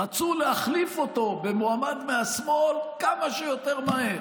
רצו להחליף אותו במועמד מהשמאל כמה שיותר מהר.